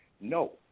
No